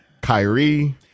Kyrie